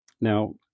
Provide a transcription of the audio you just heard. Now